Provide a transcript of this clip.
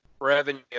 Revenue